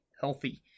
healthy